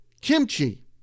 Kimchi